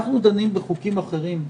אנחנו דנים בחוקים אחרים,